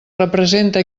representa